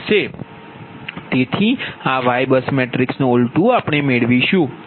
તેથી આ YBUS matrix નુ ઉલટૂ આપણે મેળવીશું